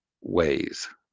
ways